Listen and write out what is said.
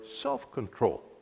self-control